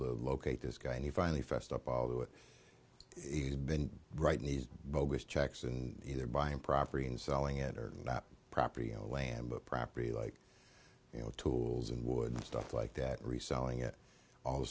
to locate this guy and he finally fessed up although it has been writing these bogus checks and either buying property and selling it or not property or land but property like you know tools and wooden stuff like that reselling it all